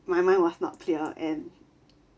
my mind was not clear and